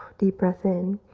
deep breath in,